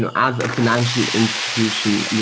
and as a fi nancial institution, yeah